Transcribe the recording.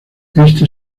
este